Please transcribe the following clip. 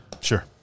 Sure